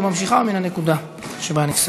וממשיכה מן הנקודה שבה נפסקה.